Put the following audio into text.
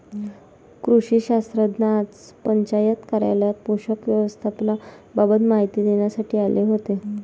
कृषी शास्त्रज्ञ आज पंचायत कार्यालयात पोषक व्यवस्थापनाबाबत माहिती देण्यासाठी आले होते